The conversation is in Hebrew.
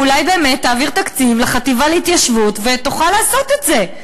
אולי באמת תעביר תקציב לחטיבה להתיישבות ותוכל לעשות את זה.